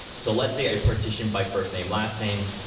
so let's say i partitioned by first name, last name,